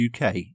UK